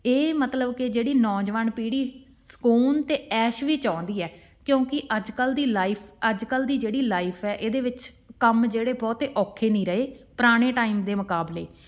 ਇਹ ਮਤਲਬ ਕਿ ਜਿਹੜੀ ਨੌਜਵਾਨ ਪੀੜ੍ਹੀ ਸਕੂਨ ਅਤੇ ਐਸ਼ ਵੀ ਚਾਹੁੰਦੀ ਹੈ ਕਿਉਂਕਿ ਅੱਜ ਕੱਲ੍ਹ ਦੀ ਲਾਈਫ ਅੱਜ ਕੱਲ੍ਹ ਦੀ ਜਿਹੜੀ ਲਾਈਫ ਹੈ ਇਹਦੇ ਵਿੱਚ ਕੰਮ ਜਿਹੜੇ ਬਹੁਤੇ ਔਖੇ ਨਹੀਂ ਰਹੇ ਪੁਰਾਣੇ ਟਾਈਮ ਦੇ ਮੁਕਾਬਲੇ